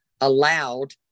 allowed